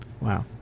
Wow